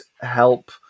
help